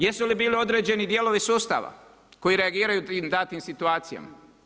Jesu li bili određeni dijelovi sustava koji reagiraju tim datim situacijama?